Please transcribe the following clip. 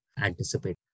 anticipate